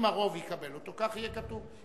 אם הרוב יקבל אותה, כך יהיה כתוב.